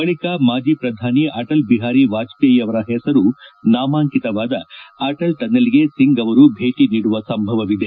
ಬಳಕ ಮಾಜಿ ಪ್ರಧಾನಿ ಅಟಲ್ ಬಿಹಾರಿ ವಾಜಪೇಯಿ ಅವರ ಹೆಸರು ನಾಮಾಂಟಿತವಾದ ಅಟಲ್ ಟನಲ್ಗೆ ಸಿಂಗ್ ಅವರು ಭೇಟಿ ನೀಡುವ ಸಂಭವವಿದೆ